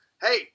hey